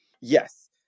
Yes